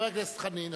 חבר הכנסת חנין,